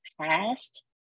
past